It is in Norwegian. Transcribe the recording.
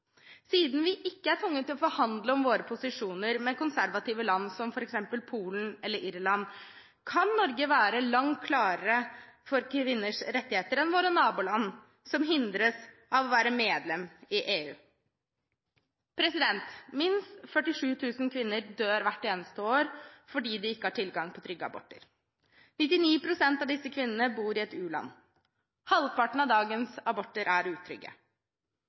Siden vi ikke er tvunget til å forhandle om våre posisjoner med konservative land som f.eks. Polen eller Irland, kan Norge være en langt klarere stemme for kvinners rettigheter enn våre naboland, som hindres av å være medlem av EU. Minst 47 000 kvinner dør hvert eneste år fordi de ikke har tilgang på trygge aborter. 99 pst. av disse kvinnene bor i et u-land. Halvparten av dagens aborter er utrygge.